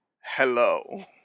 Hello